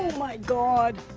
my god.